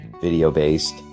video-based